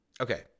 Okay